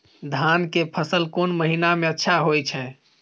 धान के फसल कोन महिना में अच्छा होय छै?